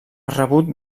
rebut